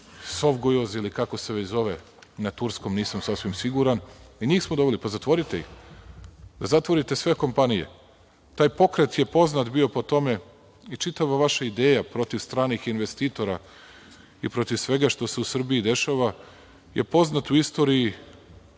„Sovgujuz“, ili kako se već zove na turskom, nisam sasvim siguran. I njih smo doveli, pa zatvorite ih. Zatvorite sve kompanije. Taj pokret je poznat bio po tome i čitava vaša ideja protiv stranih investitora i protiv svega što se u Srbiji dešava je poznat u istoriji